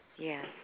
Yes